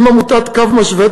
עם עמותת "קו משווה",